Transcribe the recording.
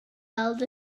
weld